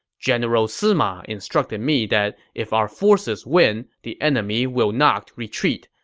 general sima instructed me that if our forces win, the enemy will not retreat.